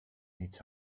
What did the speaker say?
needs